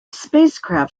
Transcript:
spacecraft